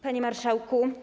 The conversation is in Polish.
Panie Marszałku!